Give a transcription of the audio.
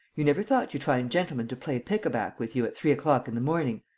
you never thought you'd find gentlemen to play pick-a-back with you at three o'clock in the morning!